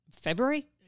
february